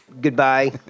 Goodbye